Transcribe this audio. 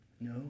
No